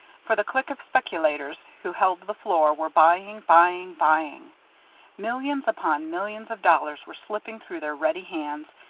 for the clique of speculators who held the floor were buying, buying, buying millions upon millions of dollars were slipping through their ready hands,